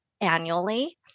annually